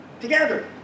together